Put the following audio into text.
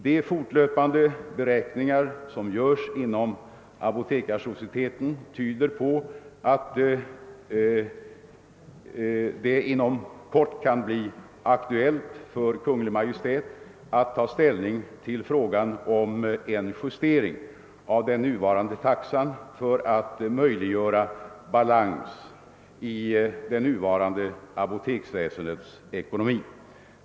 De fortlöpande beräkningar som görs inom Apotekarsocieteten tyder på att det inom kort kan bli aktuellt för Kungl. Maj:t att ta ställning till frågan om en justering av den nuvarande taxan för att möjliggöra en balans i det nuvarande apoteksväsendets ekonomi.